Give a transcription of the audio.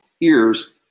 ears